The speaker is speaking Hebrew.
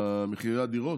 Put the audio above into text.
במחירי הדירות,